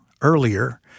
earlier